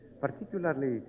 Particularly